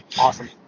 awesome